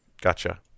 Gotcha